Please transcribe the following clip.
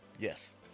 Yes